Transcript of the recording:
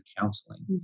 counseling